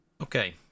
Okay